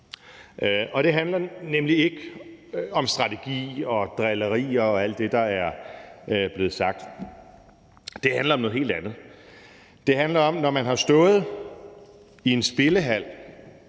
Det handler nemlig ikke om strategi og drillerier og alt det, der er blevet sagt. Det handler om noget helt andet. Når man har stået i en spillehal